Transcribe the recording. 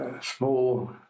small